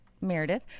Meredith